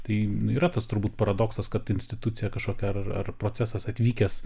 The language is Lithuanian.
tai yra tas turbūt paradoksas kad institucija kažkokia ar ar procesas atvykęs